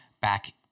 back